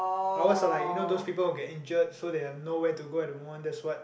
ours is like you know those people will get injured so they have no where to go at the moment that's what